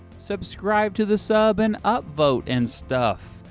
subscribe to the sub and upvote and stuff.